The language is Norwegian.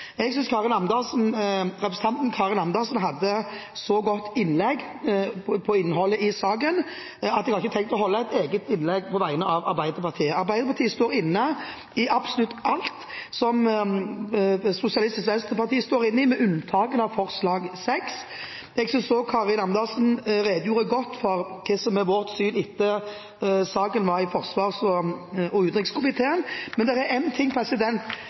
Jeg synes representanten Karin Andersen hadde et så godt innlegg om innholdet i saken at jeg ikke har tenkt å holde et eget innlegg på vegne av Arbeiderpartiet. Arbeiderpartiet står sammen med SV i absolutt alt, med unntak av forslag nr. 6. Jeg synes også representanten Karin Andersen redegjorde godt for det som er vårt syn etter at saken var i forsvars- og utenrikskomiteen. Men det er én ting som jeg må få lov til å si fra denne talerstolen. Ved en